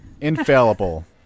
infallible